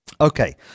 okay